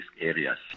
areas